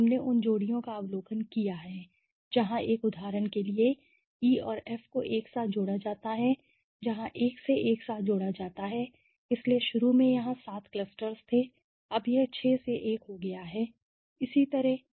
हमने उन जोड़ियों का अवलोकन किया है जहाँ पर उदाहरण के लिए E और F को एक साथ जोड़ा जाता है जहाँ एक से एक साथ जोड़ा जाता है इसलिए शुरू में यहाँ 7 क्लस्टर्स थे अब यह घटकर 6 से 1 हो गया है 6 क्लस्टर्स